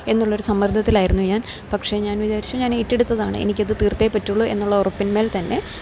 എന്നുള്ളൊരു സമ്മർദ്ദത്തിലായിരുന്നു ഞാൻ പക്ഷെ ഞാൻ വിചാരിച്ചു ഞാനേറ്റെടുത്തതാണ് എനിക്കിത് തീർത്തേ പറ്റുള്ളു എന്നുള്ള ഉറപ്പിന്മേൽതന്നെ